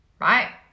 right